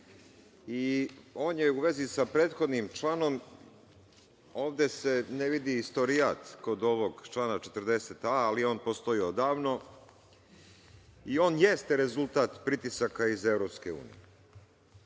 i on je u vezi sa prethodnim članom, ovde se ne vidi istorijat kod ovog člana 40a, ali on postoji odavno, i on jeste rezultat pritisaka iz EU.